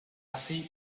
así